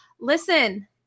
Listen